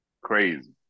Crazy